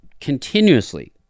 continuously